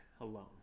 alone